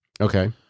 Okay